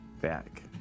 back